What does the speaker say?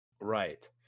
Right